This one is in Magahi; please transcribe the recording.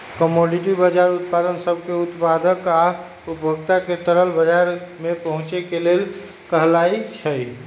कमोडिटी बजार उत्पाद सब के उत्पादक आ उपभोक्ता के तरल बजार में पहुचे के लेल कहलाई छई